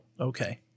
Okay